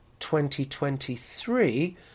2023